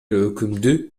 өкүмдү